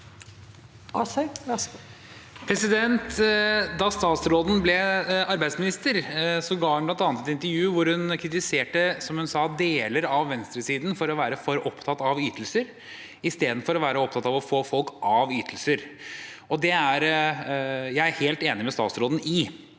Da statsråden ble ar- beidsminister, ga hun bl.a. et intervju hvor hun kritiserte, som hun sa det, deler av venstresiden for å være for opptatt av ytelser istedenfor å være opptatt av å få folk av ytelser. Det er jeg helt enig med statsråden i.